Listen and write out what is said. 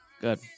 Good